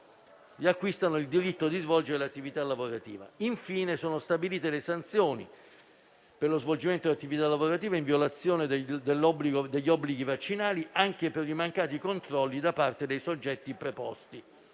riacquistano il diritto di svolgere l'attività lavorativa. Infine, sono stabilite le sanzioni per lo svolgimento di attività lavorativa in violazione degli obblighi vaccinali anche per i mancati controlli da parte dei soggetti preposti.